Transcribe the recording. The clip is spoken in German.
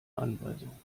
anweisung